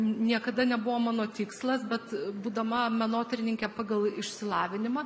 niekada nebuvo mano tikslas bet būdama menotyrininke pagal išsilavinimą